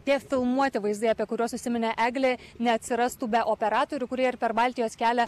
tie filmuoti vaizdai apie kuriuos užsiminė eglė neatsirastų be operatorių kurie ir per baltijos kelią